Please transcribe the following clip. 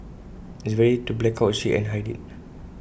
it's very easy to black out A ship and hide IT